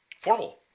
formal